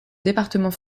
département